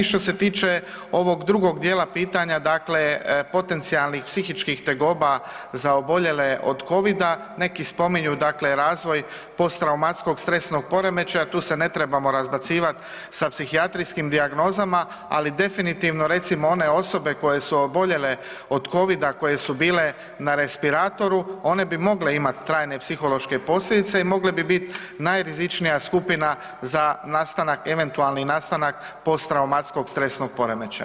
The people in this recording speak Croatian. Što se tiče ovog drugog dijela pitanja, dakle potencijalnih psihičkih tegoba za oboljele od Covida, neki spominju dakle razvoj posttraumatskog stresnog poremećaja tu se ne trebamo razbacivati sa psihijatrijskih dijagnozama, ali definitivno recimo one osobe koje su oboljele od Covida, koje su bile na respiratoru one bi mogle imati trajne psihološke posljedice i mogle bi biti najrizičnija skupina za nastanak, eventualni nastanak posttraumatskog stresnog poremećaja.